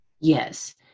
Yes